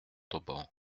montauban